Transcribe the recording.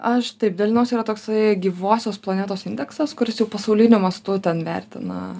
aš taip dalinausi yra toksai gyvosios planetos indeksas kuris jau pasauliniu mastu ten vertina